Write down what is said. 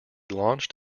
launched